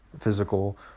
physical